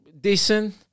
decent